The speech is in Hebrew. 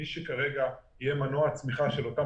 מי שכרגע יהיה מנוע הצמיחה של אותן